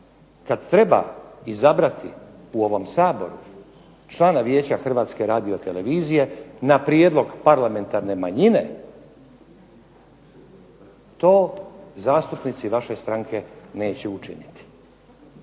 kad treba izabrati u ovom Saboru člana vijeća Hrvatske radio-televizije na prijedlog parlamentarne manjine to zastupnici vaše stranke neće učiniti.